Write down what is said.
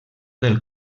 del